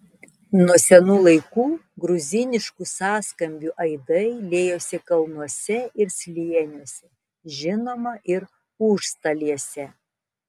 nuo senų laikų gruziniškų sąskambių aidai liejosi kalnuose ir slėniuose žinoma ir užstalėse